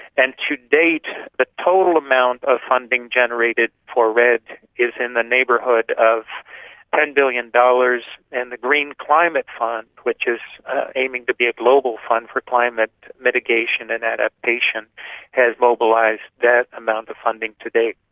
and to date, the total amount of funding generated for redd is in the neighbourhood of ten billion dollars, and the green climate fund, which is aiming to be a global fund for climate mitigation and adaptation has mobilised that amount of funding to date,